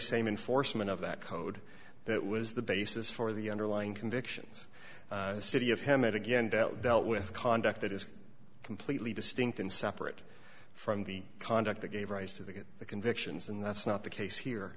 same enforcement of that code that was the basis for the underlying convictions city of hemet again dealt dealt with conduct that is completely distinct and separate from the conduct that gave rise to the convictions and that's not the case here